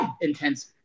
intense